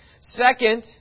Second